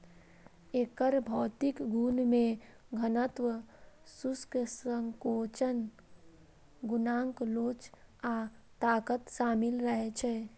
एकर भौतिक गुण मे घनत्व, शुष्क संकोचन गुणांक लोच आ ताकत शामिल रहै छै